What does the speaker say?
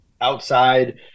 outside